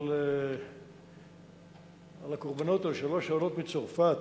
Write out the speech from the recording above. על הקורבנות, על שלוש העולות מצרפת